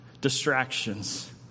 distractions